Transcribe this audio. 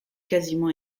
quasiment